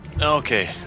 Okay